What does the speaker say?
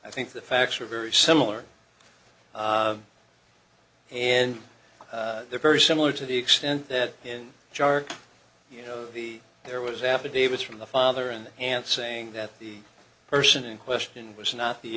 i think the facts are very similar and they're very similar to the extent that in charge you know the there was affidavits from the father and aunt saying that the person in question was not the